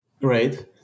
Great